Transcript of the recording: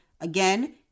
again